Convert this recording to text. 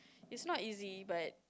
it's not easy but